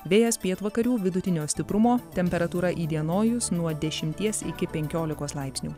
vėjas pietvakarių vidutinio stiprumo temperatūra įdienojus nuo dešimties iki penkiolikos laipsnių